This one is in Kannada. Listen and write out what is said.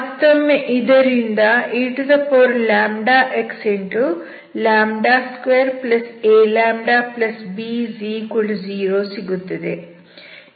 ಮತ್ತೊಮ್ಮೆ ಇದರಿಂದ eλx2aλb0 ಸಿಗುತ್ತದೆ